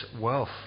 wealth